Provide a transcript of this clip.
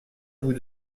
bout